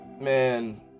man